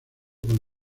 con